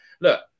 Look